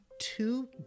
two